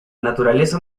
naturaleza